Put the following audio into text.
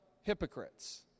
hypocrites